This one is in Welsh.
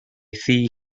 thŷ